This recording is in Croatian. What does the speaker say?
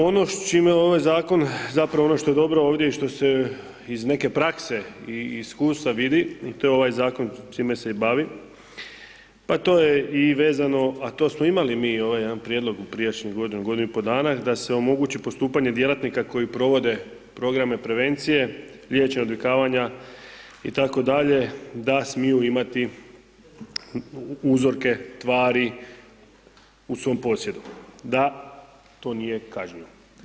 Ono s čime ovaj zakon, zapravo ono što je dobro ovdje i što se iz neke prakse i iskustva vidi, i to je ovaj zakon čine se i bavi, pa to je i vezano, a to smo imali mi ovaj jedan prijedlog u prijašnjih godinu, godinu i pol dana je da se omogući postupanje djelatnika koji provode programe prevencije, liječe odvikavanja itd. da smiju imati uzorke tvari u svoj posjedu, da to nije kažnjivo.